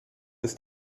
ist